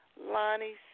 Lonnie